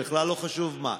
בכלל לא חשוב מה,